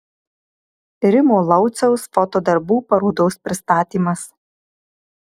rimo lauciaus foto darbų parodos pristatymas